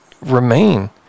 remain